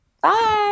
Bye